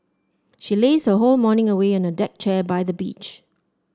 she lazed her whole morning away on a deck chair by the beach